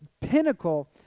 pinnacle